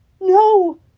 No